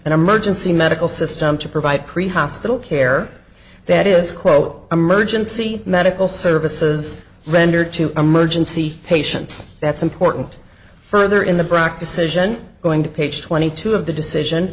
an emergency medical system to provide pre hospital care that is quote emergency medical services rendered to emergency patients that's important further in the brac decision going to page twenty two of the decision